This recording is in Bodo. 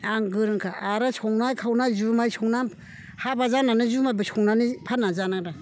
आं गोरोंखा आरो संनाय खावनाय जुमाय संनान हाबा जानानै जुमायबो संनानै फाननानै जानांदों